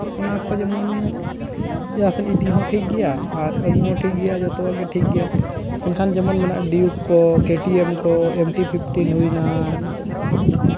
ᱚᱱᱟ ᱠᱚ ᱡᱮᱢᱚᱱ ᱡᱟᱦᱟᱸ ᱥᱮᱫ ᱤᱫᱤ ᱦᱚᱸ ᱴᱷᱤᱠ ᱜᱮᱭᱟ ᱟᱨ ᱟᱹᱜᱩ ᱦᱚᱸ ᱴᱷᱤᱠ ᱜᱮᱭᱟ ᱡᱚᱛᱚᱣᱟᱜ ᱜᱮ ᱴᱷᱤᱠ ᱜᱮᱭᱟ ᱮᱱᱠᱷᱟᱱ ᱡᱮᱢᱚᱱ ᱢᱮᱱᱟᱜᱼᱟ ᱰᱤᱭᱩ ᱠᱚ ᱠᱮᱴᱤᱭᱮᱢ ᱠᱚ ᱮᱢᱴᱤ ᱯᱷᱤᱯᱴᱤᱱ ᱦᱩᱭᱱᱟ